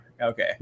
okay